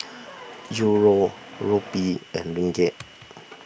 Euro Rupee and Ringgit